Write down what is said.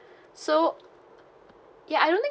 so ya I don't think